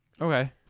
Okay